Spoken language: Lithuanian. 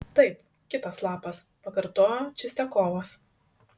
taip kitas lapas pakartojo čistiakovas